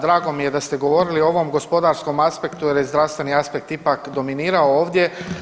Drago mi je da ste govorili o ovom gospodarskom aspektu jer je zdravstveni aspekt ipak dominirao ovdje.